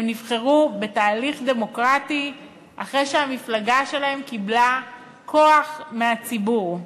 הם נבחרו בתהליך דמוקרטי אחרי שהמפלגה שלהם קיבלה כוח מהציבור.